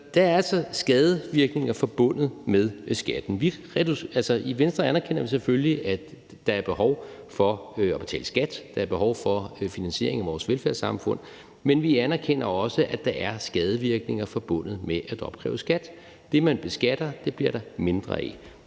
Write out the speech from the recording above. der er altså skadevirkninger forbundet med skatten. I Venstre anerkender vi selvfølgelig, at der er behov for at betale skat. Der er behov for finansiering af vores velfærdssamfund, men vi anerkender også, at der er skadevirkninger forbundet med at opkræve skat. Det, man beskatter, bliver der mindre af,